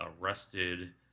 arrested